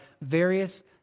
various